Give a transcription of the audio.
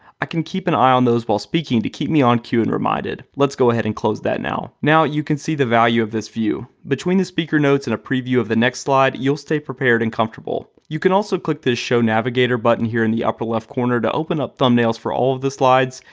i can keep an eye on those while speaking to keep me on cue and reminded. let's go ahead and close that now. now you can see the value of this view. between the speaker notes and a preview of the next slide, you'll stay prepared and comfortable. you can also click this show navigator button here in the upper left corner to open up thumbnails for all of the slides,